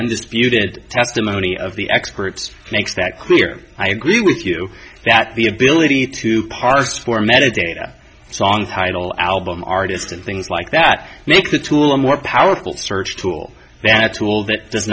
undisputed testimony of the experts makes that clear i agree with you that the ability to parse formatted data song title album artist and things like that makes a tool a more powerful search tool that's cool that does